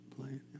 playing